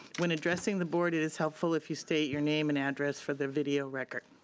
when addressing the board it is helpful if you state your name and address for the video record.